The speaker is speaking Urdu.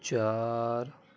چار